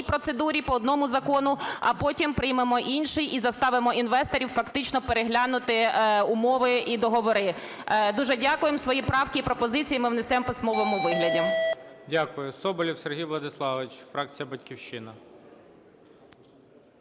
процедурі, про одному закону, а потім приймемо інший, і заставимо інвесторів фактично переглянути умови і договори. Дуже дякуємо. Свої правки і пропозиції ми внесемо в письмовому вигляді. ГОЛОВУЮЧИЙ. Дякую. Соболєв Сергій Владиславович, фракція "Батьківщина".